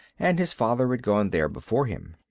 and his father had gone there before him.